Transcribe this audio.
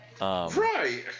Right